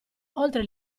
oltre